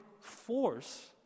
force